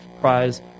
prize